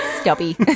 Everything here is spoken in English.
stubby